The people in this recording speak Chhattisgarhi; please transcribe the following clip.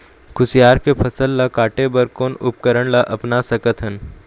कुसियार के फसल ला काटे बर कोन उपकरण ला अपना सकथन?